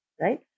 right